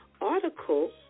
article